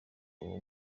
uwo